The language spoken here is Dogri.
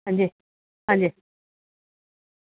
अंजी अंजी